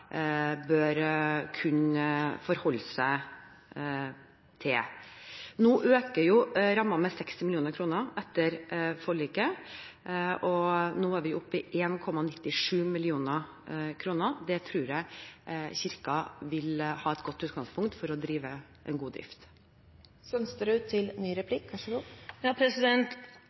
bør kunne forholde seg til. Nå øker jo rammen med 60 mill. kr etter forliket, og nå er vi oppe i 1,97 mrd. kr. Det tror jeg vil være et godt utgangspunkt for Kirken til å ha en god